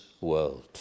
world